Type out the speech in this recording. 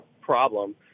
problem